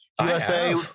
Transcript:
USA